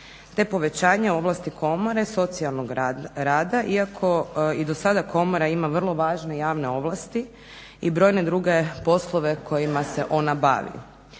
te povećanje ovlasti Komore socijalnog rada iako i dosada komora ima vrlo važne javne ovlasti i brojne druge poslove kojima se ona bavi.